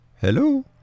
Hello